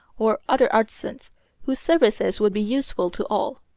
or other artisans, whose services would be useful to all.